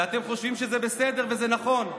ואתם חושבים שזה בסדר וזה נכון.